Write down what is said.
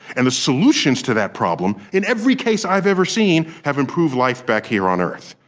and the solutions to that problem, in every case i've ever seen, have improved life back here on earth.